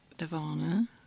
Nirvana